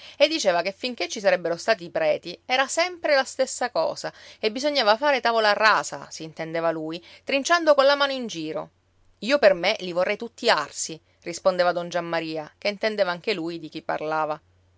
e diceva che finché ci sarebbero stati i preti era sempre la stessa cosa e bisognava fare tavola rasa s'intendeva lui trinciando colla mano in giro io per me li vorrei tutti arsi rispondeva don giammaria che intendeva anche lui di chi parlava